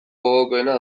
gogokoena